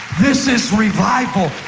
this is revival.